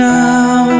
now